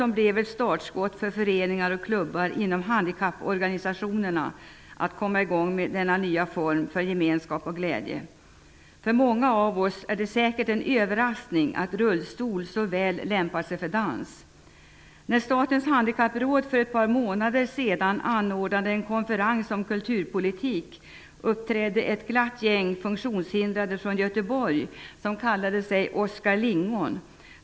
Det blev ett startskott för föreningar och klubbar inom handikapporganisationerna för att komma i gång med denna nya form för gemenskap och glädje. För många av oss är det säkert en överraskning att rullstol så väl lämpar sig för dans. När Statens handikappråd för ett par månader sedan anordnade en konferens om kulturpolitik uppträdde ett glatt gäng funktionshindrade från Göteborg. Gänget kallar sig Oscar Lingon.